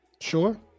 sure